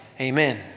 Amen